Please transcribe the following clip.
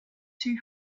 too